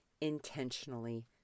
intentionally